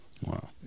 Wow